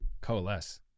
Coalesce